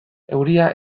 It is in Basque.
euria